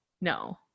no